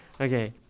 Okay